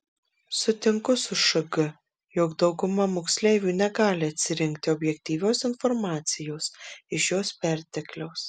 sutinku su šg jog dauguma moksleivių negali atsirinkti objektyvios informacijos iš jos pertekliaus